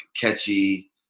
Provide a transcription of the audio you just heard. catchy